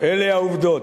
אלה העובדות.